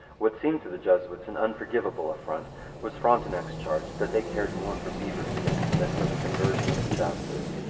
what seemed to the jesuits an unforgivable affront was frontenac's charge that they cared more for beaver skins than for the conversion of the savages.